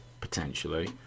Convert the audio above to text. potentially